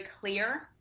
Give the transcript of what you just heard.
clear